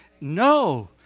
no